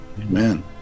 amen